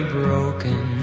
broken